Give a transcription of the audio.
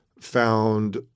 found